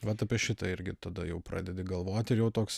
vat apie šitą irgi tada jau pradedi galvot ir jau toks